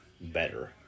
better